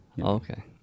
Okay